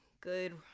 good